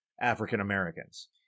African-Americans